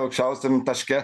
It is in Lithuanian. aukščiausiam taške